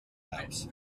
house